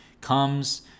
comes